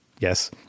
yes